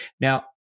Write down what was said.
Now